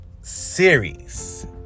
series